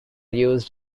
used